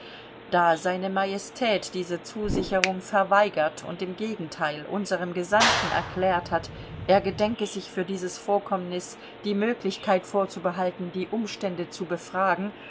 da se majestät diese zusicherung verweigert und im gegenteil unserem gesandten erklärt hat er gedenke sich für dieses vorkommnis die möglichkeit vorzubehalten die umstände zu befragen